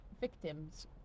victims